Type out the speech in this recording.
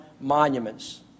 monuments